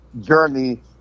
journey